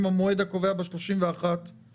עם המועד הקובע ב-31 במרץ.